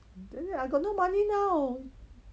then I got no money now